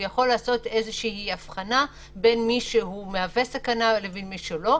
הוא יכול לעשות איזושהי הבחנה בין מי שהוא מהווה סכנה לבין מי שלא.